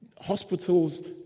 hospitals